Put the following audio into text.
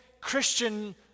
Christian